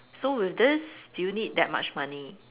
so with this do you need that much money